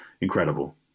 incredible